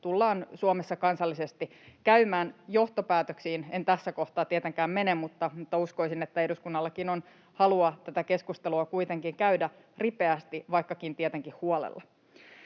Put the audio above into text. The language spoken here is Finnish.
tullaan Suomessa kansallisesti käymään. Johtopäätöksiin en tässä kohtaa tietenkään mene, mutta uskoisin, että eduskunnallakin on halua tätä keskustelua kuitenkin käydä ripeästi, vaikkakin tietenkin huolella.